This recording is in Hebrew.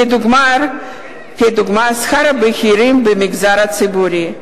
כדוגמת שכר הבכירים במגזר הציבורי.